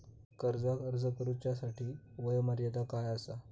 कर्जाक अर्ज करुच्यासाठी वयोमर्यादा काय आसा?